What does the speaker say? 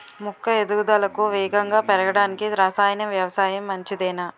మొక్క ఎదుగుదలకు వేగంగా పెరగడానికి, రసాయన వ్యవసాయం మంచిదేనా?